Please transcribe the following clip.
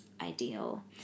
ideal